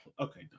Okay